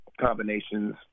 combinations